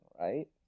right